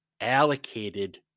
allocated